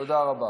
תודה רבה.